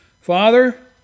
Father